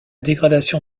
dégradation